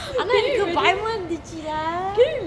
பயமா இருந்துச்சி:bayama irunthuchi lah